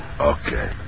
Okay